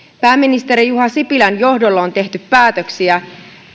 pääministeri juha sipilän johdolla on tehty päätöksiä